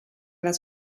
das